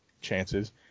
chances